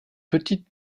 petite